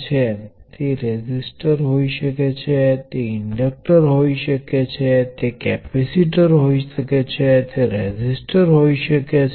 એક શૂન્ય મૂલ્યની કેપેસિટીન્સ અથવા અનંત મોટા ઇન્ડક્ટન્સ બરાબર છે જેથી તે એક ઓપન સર્કિટ છે